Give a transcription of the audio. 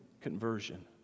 conversion